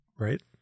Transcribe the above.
Right